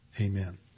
Amen